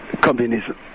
communism